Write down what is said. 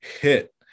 hit